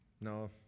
No